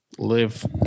live